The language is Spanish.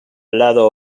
lado